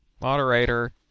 Moderator